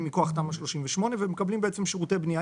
מכוח תמ"א 38 והם מקבלים שירותי בנייה.